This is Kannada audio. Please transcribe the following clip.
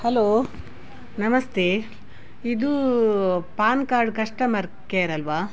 ಹಲೋ ನಮಸ್ತೆ ಇದು ಪಾನ್ ಕಾರ್ಡ್ ಕಸ್ಟಮರ್ ಕೇರ್ ಅಲ್ಲವಾ